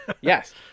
Yes